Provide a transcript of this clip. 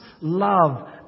love